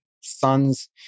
sons